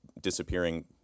disappearing